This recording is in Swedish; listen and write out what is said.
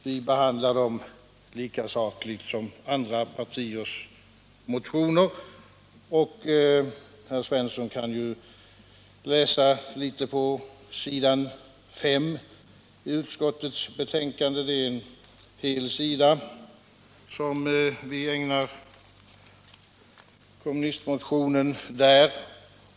Vi behandlar dem lika sakligt som andra partiers motioner. Herr Svensson kan ju läsa litet på s. 5 i utskottsbetänkandet. Det är en hel sida som vi ägnar kommunistmotionen.